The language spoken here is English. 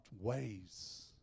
ways